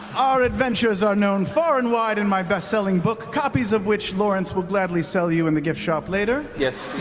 our adventures are known far and wide in my best selling book, copies of which lawrence will gladly sell you in the gift shop later. matt yes,